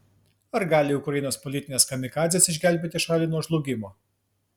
ar gali ukrainos politinės kamikadzės išgelbėti šalį nuo žlugimo